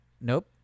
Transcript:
Nope